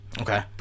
Okay